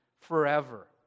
forever